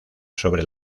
sobre